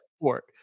work